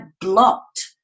blocked